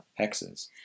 hexes